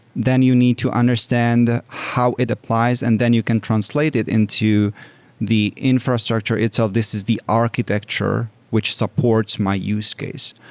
then you need to understand how it applies and then you can translate it into the infrastructure. so this is the architecture which supports my use case.